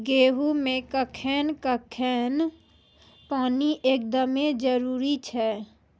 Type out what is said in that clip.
गेहूँ मे कखेन कखेन पानी एकदमें जरुरी छैय?